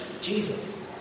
Jesus